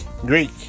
Greek